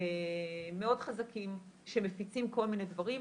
מאוד חזקים שמפיצים כל מיני דברים.